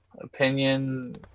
opinion